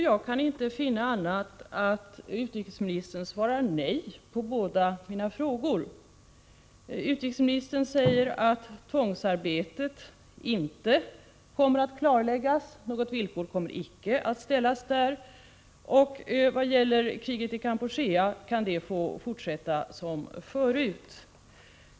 Jag kan inte finna annat än att utrikesministern svarar nej på båda mina frågor. Utrikesministern säger att frågan om tvångsarbete inte kommer att klarläggas — något sådant villkor kommer inte att ställas. Och kriget i Kampuchea kan få fortsätta som förut.